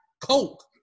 coke